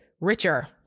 richer